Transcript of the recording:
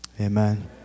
amen